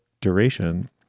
duration